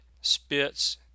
spits